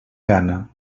gana